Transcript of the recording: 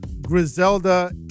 Griselda